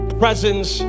presence